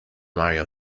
mario